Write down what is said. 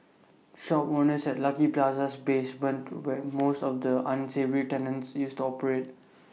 shop owners at lucky Plaza's basement where most of the unsavoury tenants used to operate